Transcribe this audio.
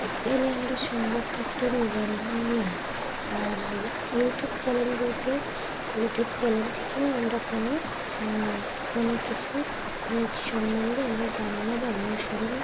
actually আমরা সংবাদপত্র নিবন্ধন নেই আর ইউটিউব চ্যানেল বলতে ইউটিউব চ্যানেল থেকেও আমরা কোনো কোনো কিছু নিউজ সম্বন্ধে আমরা জানি না বা অনুসরণও